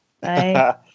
Bye